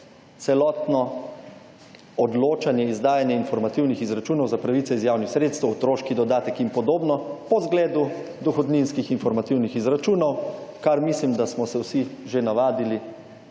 celotno odločanje izdajanje informativnih izračunov za pravice iz javnih sredstev, otroški dodatek in podobno, po zgledu dohodninskih informativnih izračunov, kar mislim, da smo se vsi že navadili,